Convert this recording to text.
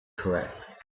correct